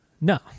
No